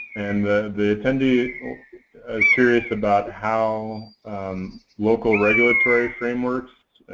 and the attendee is curious about how local regulatory frameworks,